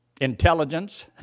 intelligence